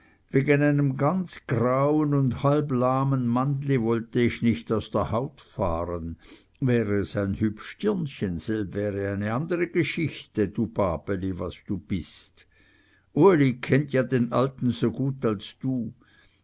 wegen einem ganz grauen und halblahmen mannli wollte ich nicht aus der haut fahren wäre es ein hübsch dirnchen selb wäre eine andere geschichte du babeli was du bist uli kennt ja den alten so gut als du